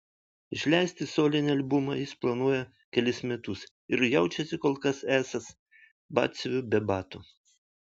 išleisti solinį albumą jis planuoja kelis metus ir jaučiasi kol kas esąs batsiuviu be batų